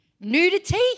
Nudity